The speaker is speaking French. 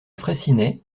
fraissinet